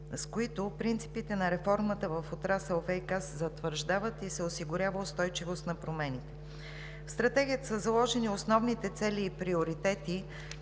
с които принципите на реформата в отрасъл ВиК се затвърждават и се осигурява устойчивост на промените. В Стратегията са заложени основните цели и приоритети